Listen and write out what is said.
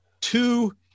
two